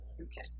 Okay